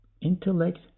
intellect